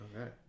Okay